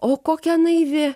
o kokia naivi